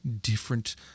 different